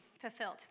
fulfilled